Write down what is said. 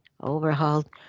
overhauled